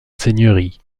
seigneurie